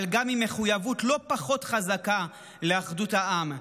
אבל גם עם מחויבות לא פחות חזקה לאחדות העם,